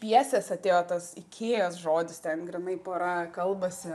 pjesės atėjo tas ikėjos žodis ten grynai pora kalbasi